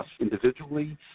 individually